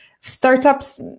Startups